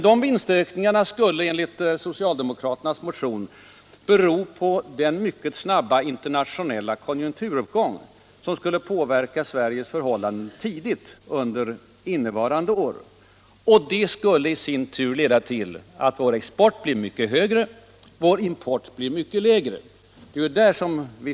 De vinstökningarna skulle enligt socialdemokraternas motion bero på den mycket snabba internationella konjunkturuppgång, som skulle påverka Sveriges förhållanden tidigt under innevarande år. Konjunkturuppgången skulle också leda till att vår export blir mycket högre och vår import mycket lägre.